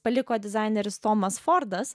paliko dizaineris tomas fordas